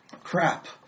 Crap